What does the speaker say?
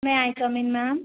may I come in ma'am